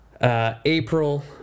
April